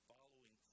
following